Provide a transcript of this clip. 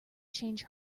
change